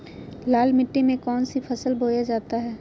लाल मिट्टी में कौन सी फसल बोया जाता हैं?